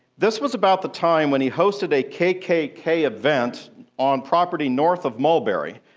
this was about the time when he hosted a kkk event on property north of mulberry,